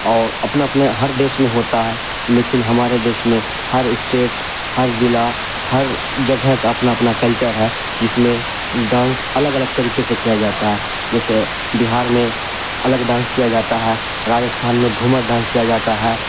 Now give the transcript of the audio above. اور اپنے اپنے ہر دیس میں ہوتا ہے لیکن ہمارے دیس میں ہر اسٹیٹ ہر ضلع ہر جگہ کا اپنا اپنا کلچر ہے جس میں ڈانس الگ الگ طریقے سے کیا جاتا ہے جیسے بہار میں الگ ڈانس کیا جاتا ہے راجستھان میں گھومر ڈانس کیا جاتا ہے